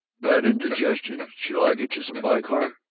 bad indigestion? shall i get you some bicarb?